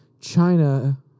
China